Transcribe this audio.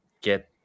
get